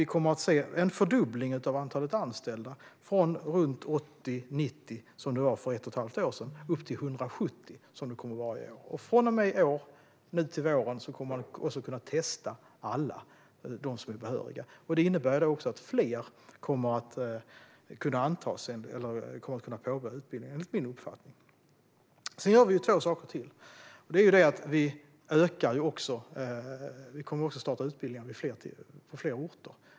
Vi kommer att se en fördubbling av antalet anställda: från 80-90, som det var för ett och ett halvt år sedan, till 170, som det kommer att vara i år. Från och med denna vår kommer man också att kunna testa alla behöriga, och det innebär enligt min uppfattning att fler kommer att kunna påbörja utbildningen. Sedan gör vi två saker till. Vi kommer att starta utbildningar på fler orter.